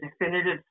definitive